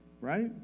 Right